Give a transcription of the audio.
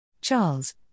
Charles